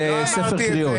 זה ספר קריאות.